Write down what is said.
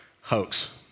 hoax